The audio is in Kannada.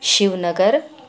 ಶಿವನಗರ್